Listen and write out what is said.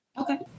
Okay